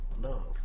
love